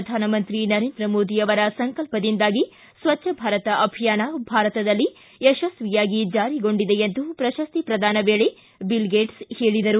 ಪ್ರಧಾನಮಂತ್ರಿ ನರೇಂದ್ರ ಮೋದಿ ಅವರ ಸಂಕಲ್ಪದಿಂದಾಗಿ ಸ್ವಚ್ವಭಾರತ್ ಅಭಿಯಾನ ಭಾರತದಲ್ಲಿ ಯಶಸ್ವಿಯಾಗಿ ಜಾರಿಗೊಂಡಿದೆ ಎಂದು ಪ್ರಶಸ್ತಿ ಪ್ರದಾನ ವೇಳೆ ಬಿಲ್ಗೇಟ್ಸ್ ಹೇಳಿದರು